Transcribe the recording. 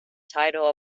title